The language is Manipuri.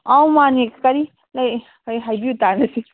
ꯑꯧ ꯃꯥꯅꯤ ꯀꯔꯤ ꯂꯩ ꯍꯥꯏꯕꯤꯌꯨ ꯇꯥꯟꯅꯁꯤ